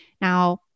Now